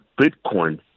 Bitcoin